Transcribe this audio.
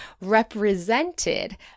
represented